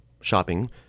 shopping